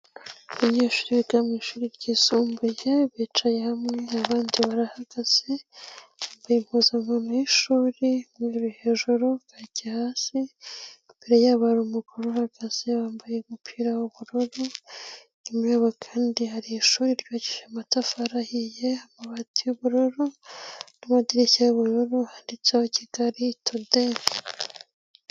Abanyeshuri biga mu ishuri ryisumbuye bicaye hamwe, abandi barahagaze bambaye impuzankano y'ishuri. Umweru hejuru, kacye hasi , imbere yabo hari umugore uhagaze wambaye umupira w'ubururu. inyuma yabo kandi hari ishuri ryubakishije amatafari ahiye, amabati y'ubururu, n'amadirishya y'ubururu, handitseho kigali tudeyi.